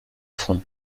front